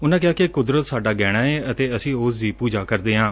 ਉਨੂਾ ਕਿਹਾ ਕਿ ਕੁਦਰਤ ਸਾਡਾ ਗਹਿਣਾ ਏ ਅਤੇ ਅਸੀਂ ਉਸ ਦੀ ਪੁਜਾ ਕਰਦੇ ਹਾਂ